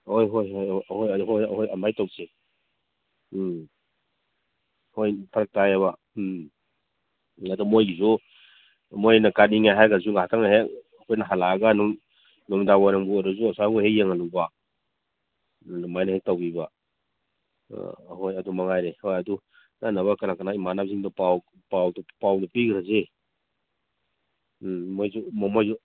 ꯍꯣꯏ ꯍꯣꯏ ꯍꯣꯏ ꯑꯗꯨꯃꯥꯏ ꯇꯧꯁꯤ ꯎꯝ ꯍꯣꯏ ꯐꯔꯛ ꯇꯥꯏꯌꯦꯕ ꯎꯝ ꯑꯗꯨ ꯃꯣꯏꯒꯤꯁꯨ ꯃꯣꯏꯅ ꯀꯥꯅꯤꯡꯉꯦ ꯍꯥꯏꯔꯒꯁꯨ ꯉꯍꯥꯇꯪ ꯍꯦꯛ ꯑꯩꯈꯣꯏꯅ ꯍꯜꯂꯛꯑꯒ ꯑꯗꯨꯝ ꯅꯨꯃꯤꯗꯥꯡꯋꯥꯏꯔꯝꯕꯨ ꯑꯣꯏꯔꯁꯨ ꯑꯁ꯭ꯋꯥꯏꯐꯥꯎ ꯍꯦꯛ ꯌꯦꯡꯍꯜꯂꯨꯕꯀꯣ ꯎꯝ ꯑꯗꯨꯃꯥꯏꯅ ꯍꯦꯛ ꯇꯧꯕꯤꯕ ꯑꯍꯣꯏ ꯑꯗꯨꯃꯉꯥꯏꯔꯦ ꯍꯣꯏ ꯑꯗꯨ ꯆꯠꯅꯕ ꯀꯅꯥ ꯀꯅꯥ ꯏꯃꯥꯟꯅꯕꯁꯤꯡꯗꯣ ꯄꯥꯎ ꯄꯥꯎꯗꯣ ꯄꯥꯎꯗꯣ ꯄꯤꯈ꯭ꯔꯁꯦ ꯎꯝ ꯃꯣꯏꯁꯨ